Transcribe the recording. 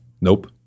Nope